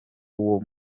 uwo